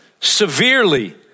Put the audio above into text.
severely